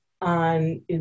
on